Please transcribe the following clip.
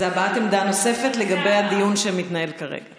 זאת הבעת עמדה נוספת לגבי הדיון שמתנהל כרגע.